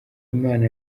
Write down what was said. imana